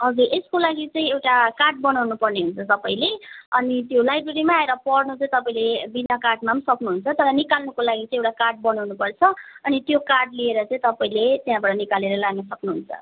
हजुर यसको लागि चाहिँ एउटा कार्ड बनाउनु पर्ने हुन्छ तपाईँले अनि त्यो लाइब्रेरीमै आएर पढ्नु चाहिँ तपाईँले बिनाकार्डमा पनि सक्नुहुन्छ तर निकाल्नुको लागि चाहिँ एउटा कार्ड बनाउनु पर्छ अनि त्यो कार्ड लिएर चाहिँ तपाईँले त्यहाँबाट निकालेर लानु सक्नुहुन्छ